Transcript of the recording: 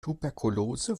tuberkulose